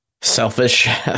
selfish